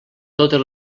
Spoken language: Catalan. totes